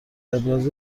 ابراز